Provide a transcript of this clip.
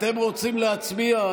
אתם רוצים להצביע?